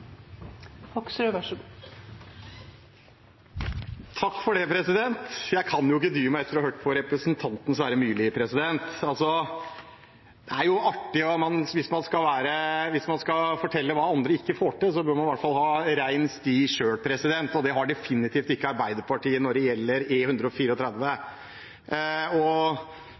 statsråden er så tydeleg på at det arbeidet no blir prioritert. Takk for debatten. Jeg kan ikke dy meg etter å ha hørt på representanten Sverre Myrli. Hvis man skal fortelle hva andre ikke får til, bør man i hvert ha ren sti selv. Og det har definitivt ikke Arbeiderpartiet når det gjelder